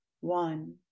one